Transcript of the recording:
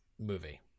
movie